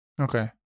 Okay